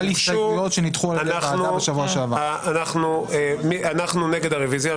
הקואליציה נגד הרביזיה.